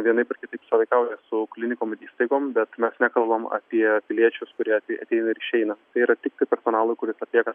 vienaip ar kitaip sąveikauja su klinikom įstaigom bet mes nekalbam apie piliečius kurie apie ateina ir išeina yra tik tai personalui kuris atlieka